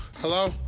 Hello